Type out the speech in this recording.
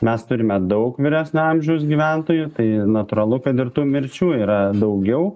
mes turime daug vyresnio amžiaus gyventojų tai natūralu kad ir tų mirčių yra daugiau